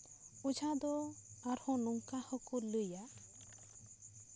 ᱚᱡᱷᱟ ᱫᱚ ᱟᱨᱦᱚᱸ ᱱᱚᱝᱠᱟ ᱦᱚᱸᱠᱚ ᱞᱟᱹᱭᱟ